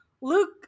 Luke